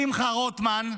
שמחה רוטמן: